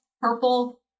purple